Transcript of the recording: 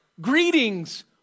Greetings